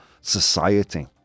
society